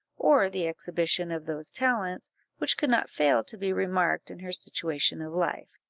or the exhibition of those talents which could not fail to be remarked in her situation of life.